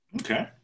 okay